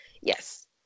Yes